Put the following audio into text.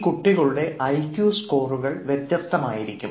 ഈ കുട്ടികളുടെ ഐക്യു സ്കോറുകൾ വ്യത്യസ്തമായിരിക്കും